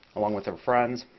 along with their friends.